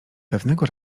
pewnego